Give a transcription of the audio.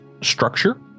structure